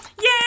yay